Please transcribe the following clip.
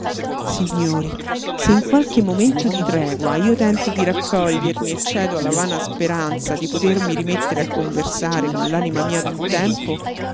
signori se in qualche momento di tregua io tento di raccogliermi e cedo alla vana speranza di potermi rimettere a conversare con l'anima mia d'un tempo